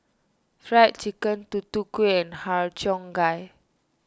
Fried Chicken Tutu Kueh and Har Cheong Gai